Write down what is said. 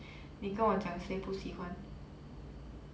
你跟我讲谁不喜欢